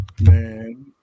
Man